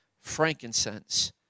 frankincense